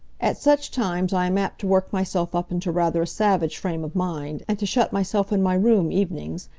at such times i am apt to work myself up into rather a savage frame of mind, and to shut myself in my room evenings,